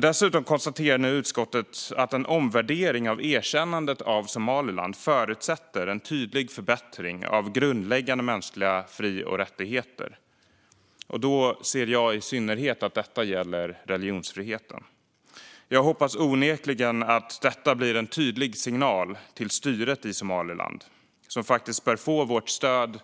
Dessutom konstaterar nu utskottet att en omvärdering av erkännandet av Somaliland förutsätter en tydlig förbättring av grundläggande mänskliga fri och rättigheter. Då ser jag att detta i synnerhet gäller religionsfriheten. Jag hoppas onekligen att detta blir en tydlig signal till styret i Somaliland, som bör få vårt stöd